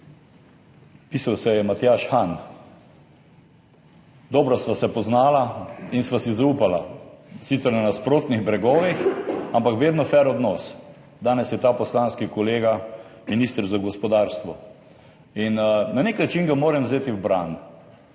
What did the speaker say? pisal se je Matjaž Han, dobro sva se poznala in sva si zaupala, sicer na nasprotnih bregovih, ampak vedno fer odnos. Danes je ta poslanski kolega minister za gospodarstvo. In na nek način ga moram vzeti v bran.